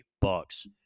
bucks